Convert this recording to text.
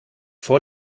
vor